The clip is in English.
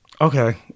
Okay